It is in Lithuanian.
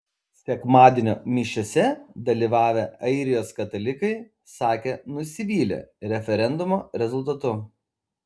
sekmadienio mišiose dalyvavę airijos katalikai sakė nusivylę referendumo rezultatu